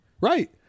right